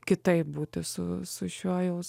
kitaip būti su su šiuo jaus